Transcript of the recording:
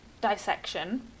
dissection